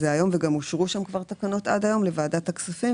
התקיימו עשרות שעות של פגישות סביב החקיקה הרלוונטית,